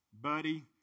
buddy